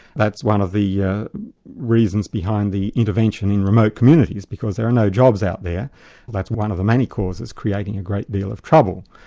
that's one of the yeah reasons behind the intervention in remote communities, because there are no jobs out there that's one of the many causes creating a great deal of trouble.